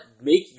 make